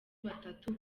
batatu